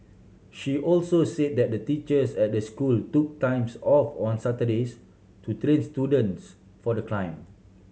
she also said that the teachers at the school took times off on Saturdays to train students for the climb